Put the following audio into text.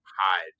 hide